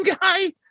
guy